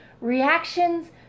reactions